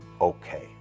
okay